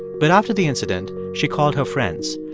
but after the incident, she called her friends.